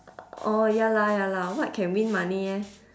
orh ya lah ya lah what can win money eh